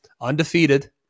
undefeated